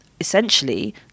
essentially